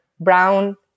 brown